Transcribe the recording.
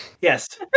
Yes